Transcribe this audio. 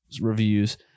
reviews